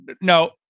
no